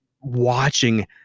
watching